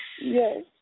Yes